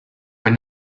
but